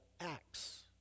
acts